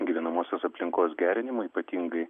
gyvenamosios aplinkos gerinimo ypatingai